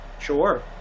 Sure